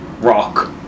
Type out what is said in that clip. rock